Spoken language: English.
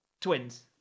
twins